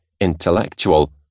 intellectual